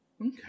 Okay